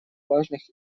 важных